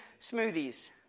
smoothies